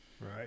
right